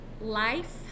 life